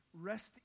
rest